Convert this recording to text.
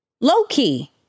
low-key